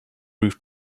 roof